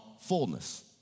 fullness